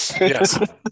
Yes